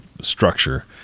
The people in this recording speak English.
structure